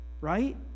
right